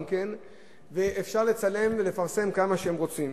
ואפשר לצלם ולפרסם כמה שרוצים.